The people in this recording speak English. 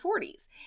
40s